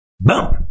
Boom